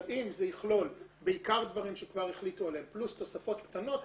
אבל אם זה יכלול בעיקר דברים שכבר החליטו עליהם פלוס תוספות קטנות,